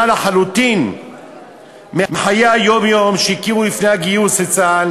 לחלוטין מחיי היום-יום שהכירו לפני הגיוס לצה"ל,